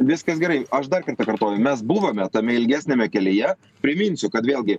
viskas gerai aš dar kartą kartoju mes buvome tame ilgesniame kelyje priminsiu kad vėlgi